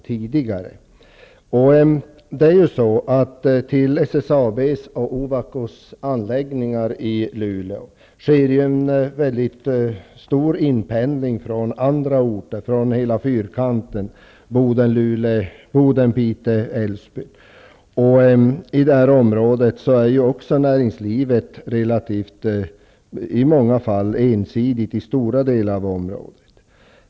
Till SSAB:s och Ovakos anläggningar i Luleå sker en mycket stor pendling från andra orter inom fyrkanten Boden--Luleå--Piteå--Älvsbyn. I stora delar av detta område är också näringslivet i många fall ensidigt.